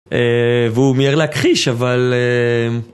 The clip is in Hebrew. והוא מהיר להכחיש, אבל...